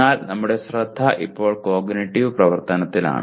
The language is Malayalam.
എന്നാൽ നമ്മുടെ ശ്രദ്ധ ഇപ്പോൾ കോഗ്നിറ്റീവ് പ്രവർത്തനത്തിലാണ്